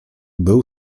był